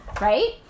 right